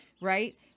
Right